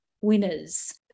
winners